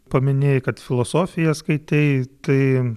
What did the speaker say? paminėjai kad filosofiją skaitei tai